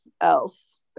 else